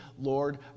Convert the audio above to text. Lord